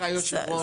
היו"ר,